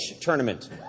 tournament